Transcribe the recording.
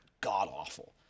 God-awful